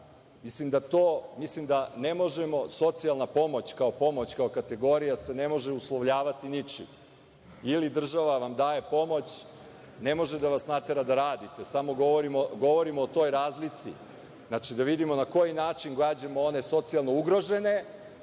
Mislim da ne možemo, socijalna pomoć kao pomoć, kao kategorija se ne može uslovljavati ničim. Ili vam država daje pomoć, ne može da vas natera da radite, samo govorim o toj razlici. Znači, da vidimo na koji način gađamo one socijalno ugrožene,